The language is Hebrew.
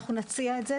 אנחנו נציע את זה,